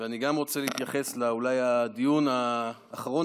ואני גם רוצה להתייחס לדיון האחרון